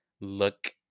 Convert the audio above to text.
look